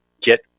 get